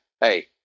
hey